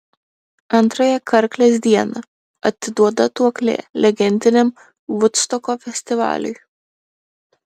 antrąją karklės dieną atiduota duoklė legendiniam vudstoko festivaliui